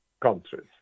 countries